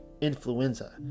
influenza